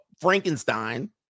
Frankenstein